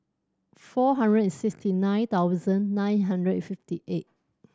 four hundred and sixty nine thousand nine hundred and fifty eight